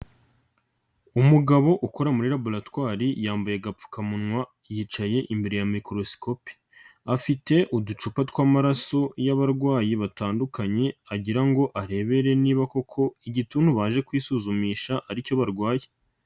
Umugabo ukora muri laboratwari yambaye agapfukamunwa yicaye imbere ya mikorosikopi, afite uducupa tw'amaraso y'abarwayi batandukanye agira ngo arebere niba koko igituntu baje kwisuzumisha aricyo barwaye.